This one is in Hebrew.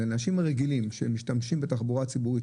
לאנשים הרגילים שמשתמשים בתחבורה הציבורית